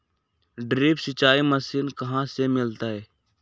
Drip सिंचाई machine कहाँ से मिलतै?